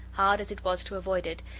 hard as it was to avoid it,